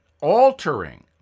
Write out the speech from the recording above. altering